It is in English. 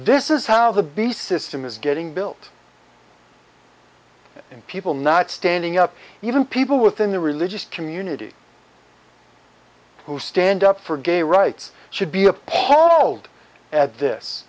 this is how the beast system is getting built and people not standing up even people within the religious community who stand up for gay rights should be appalled at this